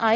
I